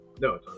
No